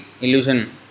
illusion